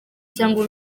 cyangwa